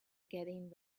getting